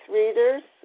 readers